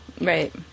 Right